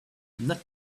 net